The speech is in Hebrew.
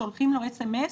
שולחים לו SMS,